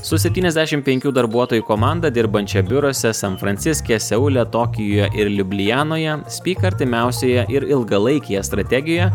su septyniasdešimt penkių darbuotojų komanda dirbančia biuruose san franciske seule tokijuje ir liublianoje speak artimiausioje ir ilgalaikėje strategijoje